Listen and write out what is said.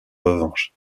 revanche